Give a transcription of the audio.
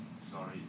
sorry